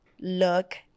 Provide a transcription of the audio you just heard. look